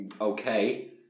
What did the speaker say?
okay